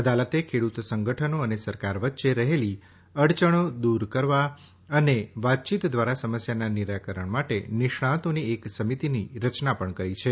અદાલતે ખેડૂત સંગઠનો અને સરકાર વચ્ચે રહેલી અડયણો દૂર કરવા અને વાતચીત દ્વારા સમસ્યાના નિરાકરણ માટે નિષ્ણાંતોની એક સમીતિની રચના પણ કરી છે